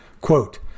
Quote